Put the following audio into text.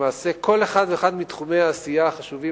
למעשה כל אחד ואחד מתחומי העשייה החשובים